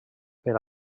per